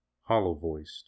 hollow-voiced